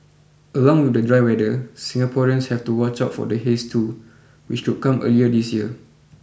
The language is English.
along with the dry weather Singaporeans have to watch out for the haze too which could come earlier this year